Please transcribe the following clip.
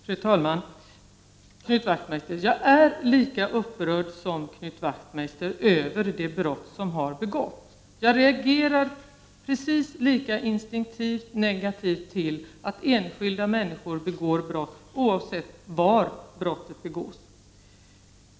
Fru talman! Knut Wachtmeister, jag är lika upprörd som Knut Wachtmeister över det brott som har begåtts. Jag reagerar precis lika instinktivt negativt till att enskilda människor begår brott, oavsett var brottet begås.